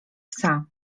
psa